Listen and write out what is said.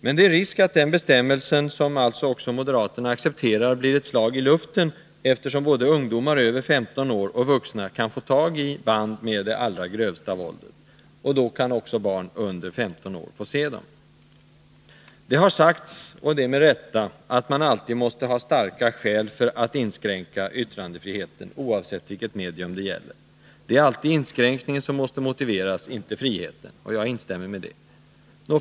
Men det är risk att den bestämmelse som också moderaterna accepterar blir ett slag i luften, eftersom både ungdomar över 15 år och vuxna kan få tag i band med det allra grövsta våldet. Då kan också barn under 15 år få se dem. Det har sagts — och det med rätta — att man alltid måste ha starka skäl för att inskränka yttrandefriheten, oavsett vilket medium det gäller. Det är alltid inskränkningen som måste motiveras, inte friheten. Jag instämmer i det.